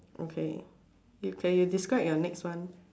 okay you okay you describe your next one